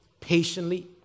patiently